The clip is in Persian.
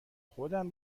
خودم